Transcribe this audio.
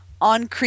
on